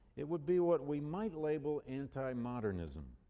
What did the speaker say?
it would be what we might label anti-modernism.